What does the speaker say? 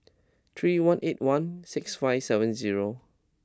three one eight one six five seven zero